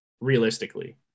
realistically